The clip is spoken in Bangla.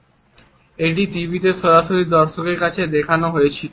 এবং এটি টিভিতে সরাসরি দর্শকদের কাছে দেখানো হয়েছিল